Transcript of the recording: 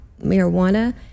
marijuana